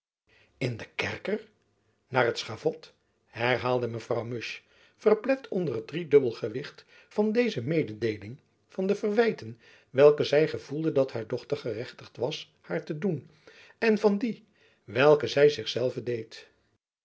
in den kerker naar het schavot herhaalde mevrouw musch verplet onder het driedubbel gewicht van deze mededeeling van de verwijten welke zy gevoelde dat haar dochter gerechtigd was haar te doen en van die welke zy zich zelve deed